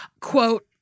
Quote